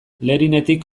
lerinetik